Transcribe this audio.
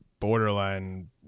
borderline